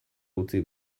utzi